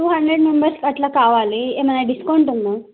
two hundred మెంబెర్స్కి అట్లా కావాలి ఏమన్నానా డిస్కౌంట్ ఉందా